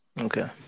Okay